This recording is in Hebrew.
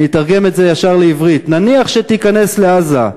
אני אתרגם את זה ישר לעברית: נניח שתיכנס לעזה,